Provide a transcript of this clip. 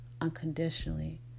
unconditionally